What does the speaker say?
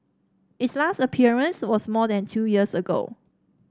its last appearance was more than two years ago